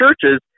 churches